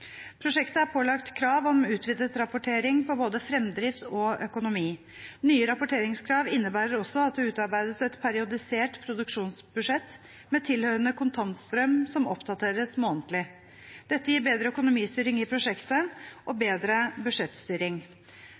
Prosjektet er pålagt krav om utvidet rapportering om både fremdrift og økonomi. Nye rapporteringskrav innebærer også at det utarbeides et periodisert produksjonsbudsjett med tilhørende kontantstrøm som oppdateres månedlig. Dette gir bedre økonomistyring i prosjektet og bedre budsjettstyring.